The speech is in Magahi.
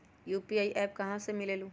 यू.पी.आई एप्प कहा से मिलेलु?